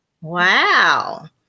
Wow